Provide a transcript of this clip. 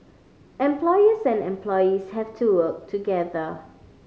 employers and employees have to work together